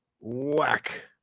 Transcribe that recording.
Whack